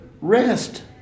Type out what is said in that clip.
rest